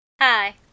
Hi